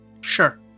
Sure